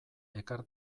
ekar